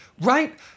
Right